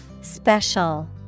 Special